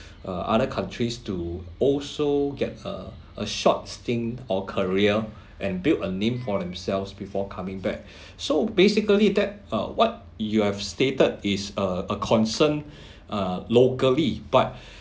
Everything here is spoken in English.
uh other countries to also get a a short sting or career and built a name for themselves before coming back so basically that uh what you have stated is a a concern uh locally but